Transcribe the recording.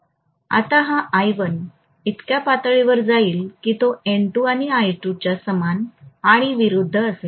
आता हा I1 इतक्या पातळीवर जाईल की तो N2 आणि I2 च्या समान आणि विरुद्ध असेल